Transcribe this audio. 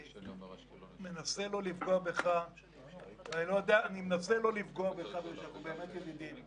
אני מנסה לא לפגוע בך משום שאנחנו באמת ידידים,